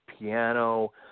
piano